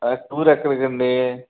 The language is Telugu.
అదే టూర్ ఎక్కడికండి